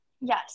yes